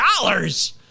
dollars